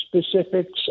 specifics